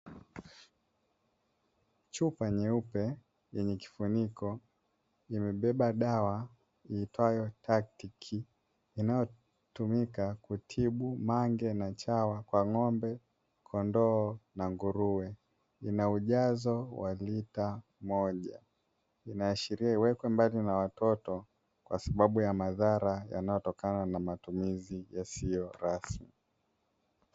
Chupa nyeupe yenye kifuniko imebeba dawa iitwayo "Taktic", inayotumika kutibu mange na chawa kwa ng'ombe, kondoo, na nguruwe; ina ujazo wa lita moja. Inaashiria iwekwe mbali na watoto kwa sababu ya madhara yanayotokana na matumizi yasiyo rasmi.